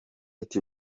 ati